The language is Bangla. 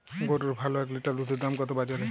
গরুর ভালো এক লিটার দুধের দাম কত বাজারে?